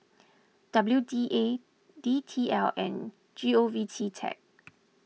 W D A D T L and G O V Tech